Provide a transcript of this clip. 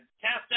cast